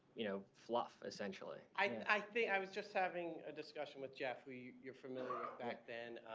you know, fluff essentially? i i was just having a discussion with jeff. we you're familiar ah back then